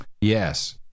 Yes